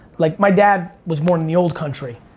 like, my dad was born in the old country.